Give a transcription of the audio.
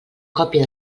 còpia